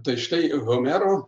tai štai homero